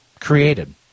created